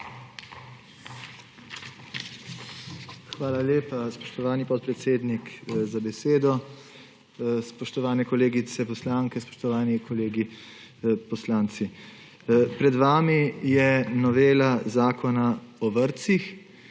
Hvala lepa, spoštovani podpredsednik, za besedo. Spoštovane kolegice poslanke, spoštovani kolegi poslanci! Pred vami je novela Zakona o vrtcih,